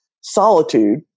solitude